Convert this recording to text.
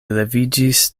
leviĝis